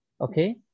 okay